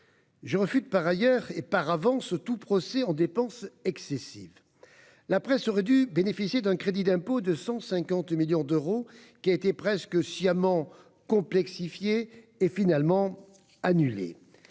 Je réfute, par ailleurs et par avance, tout procès en dépenses excessives. De fait, la presse aurait dû bénéficier d'un crédit d'impôt de 150 millions d'euros, qui a été presque sciemment complexifié avant d'être, finalement, annulé.